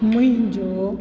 मुंहिंजो